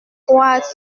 croire